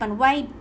happened why